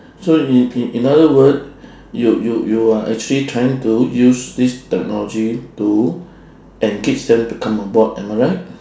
so in in in other word you you you are actually trying to use this technology to engage them to come on board am I right